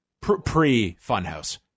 Pre-Funhouse